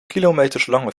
kilometerslange